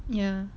ya